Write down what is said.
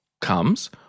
comes